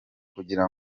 kugira